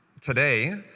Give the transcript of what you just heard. Today